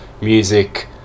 music